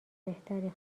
بهتری